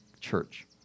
church